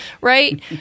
right